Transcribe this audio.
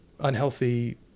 unhealthy